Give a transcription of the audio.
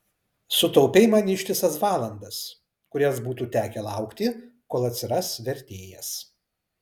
sutaupei man ištisas valandas kurias būtų tekę laukti kol atsiras vertėjas